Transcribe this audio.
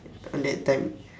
on that time